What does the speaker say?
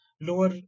lower